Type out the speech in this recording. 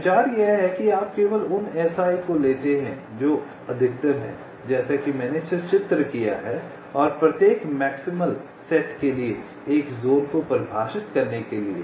तो विचार यह है कि आप केवल उन Si को लेते हैं जो अधिकतम हैं जैसा कि मैंने सचित्र किया है और प्रत्येक मैक्सिमल सेट के लिए एक ज़ोन को परिभाषित करने के लिए